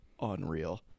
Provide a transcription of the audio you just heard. unreal